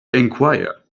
enquire